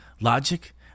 logic